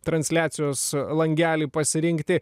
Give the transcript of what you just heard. transliacijos langelį pasirinkti